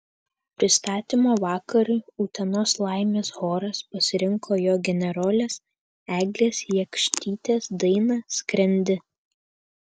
prisistatymo vakarui utenos laimės choras pasirinko jo generolės eglės jakštytės dainą skrendi